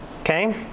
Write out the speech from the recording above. Okay